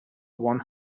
one